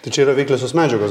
tai čia yra veikliosios medžiagos